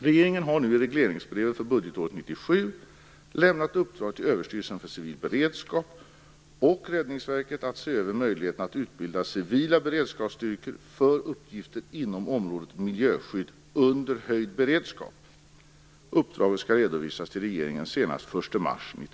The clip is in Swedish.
Regeringen har nu i regleringsbrevet för budgetåret 1997 lämnat uppdrag till Överstyrelsen för civil beredskap och Räddningsverket att se över möjligheterna att utbilda civila beredskapsstyrkor för uppgifter inom området miljöskydd under höjd beredskap. Uppdraget skall redovisas till regeringen senast den 1